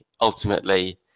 ultimately